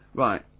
right.